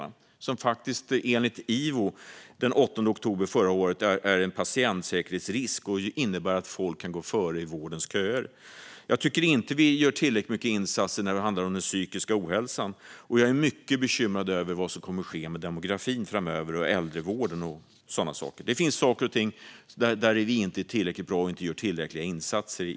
Den 8 oktober förra året slog IVO fast att de faktiskt är en patientsäkerhetsrisk och innebär att folk kan gå före i vårdköer. Vi gör inte tillräckligt stora insatser när det gäller den psykiska ohälsan, och jag är mycket bekymrad över vad som kommer att ske med äldrevården framöver med tanke på demografin. Det finns alltså saker och ting där vi i dagens läge inte är tillräckligt bra och inte gör tillräckliga insatser.